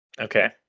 Okay